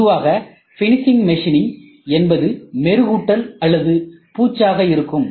பொதுவாக finishing machining என்பது மெருகூட்டல் மற்றும் பூச்சு ஆக இருக்கும்